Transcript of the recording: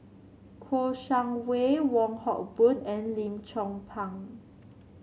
Kouo Shang Wei Wong Hock Boon and Lim Chong Pang